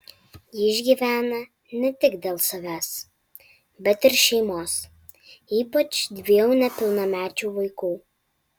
ji išgyvena ne tik dėl savęs bet ir šeimos ypač dviejų nepilnamečių vaikų